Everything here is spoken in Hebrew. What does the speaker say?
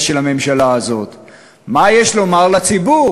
הממשלה יושבת בחיבוק ידיים, אך, לצערי,